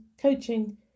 coaching